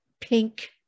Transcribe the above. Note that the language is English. pink